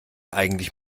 eigentlich